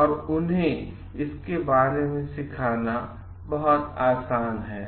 और उन्हें इसके बारे में सिखाना बहुत आसान है